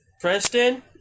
Preston